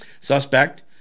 suspect